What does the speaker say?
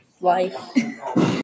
life